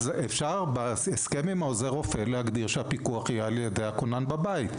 אז בהסכם עם עוזר הרופא אפשר להגדיר שהפיקוח יהיה על-ידי הכונן בבית.